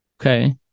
Okay